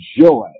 joy